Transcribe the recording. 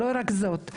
לא רק זאת,